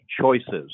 choices